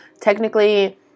technically